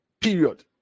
period